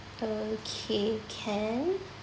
okay can